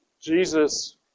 Jesus